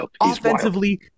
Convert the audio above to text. Offensively